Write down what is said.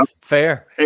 Fair